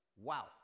Wow